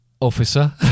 officer